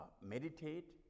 meditate